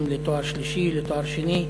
הסטודנטים לתואר שלישי, לתואר שני,